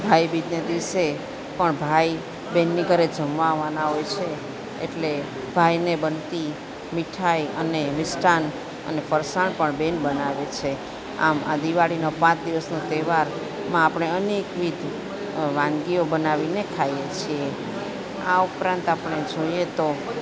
ભાઈ બીજને દિવસે પણ ભાઈ બેનની ઘરે જમવા આવવાના હોય છે એટલે ભાઈને બનતી મીઠાઈ અને મિષ્ઠાન અને ફરસાણ પણ બેન બનાવે છે આમ આ દિવાળીનો પાંચ દિવસનો તહેવાર માં આપણે અનેકવિધ વાનગીઓ બનાવીને ખાઈએ છીએ આ ઉપરાંત આપણે જોઈએ તો